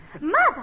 Mother